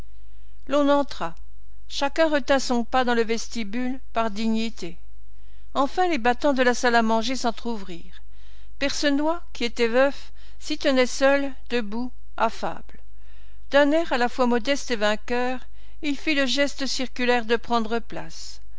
l'on entra chacun retint son pas dans le vestibule par dignité enfin les battants de la salle à manger s'entr'ouvrirent percenoix qui était veuf s'y tenait seul debout affable d'un air à la fois modeste et vainqueur il fit le geste circulaire de prendre place